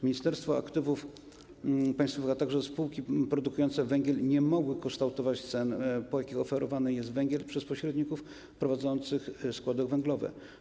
Ministerstwo Aktywów Państwowych, a także spółki produkujące węgiel nie mogły kształtować cen, po jakich oferowany jest węgiel przez pośredników prowadzących składy węglowe.